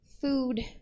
Food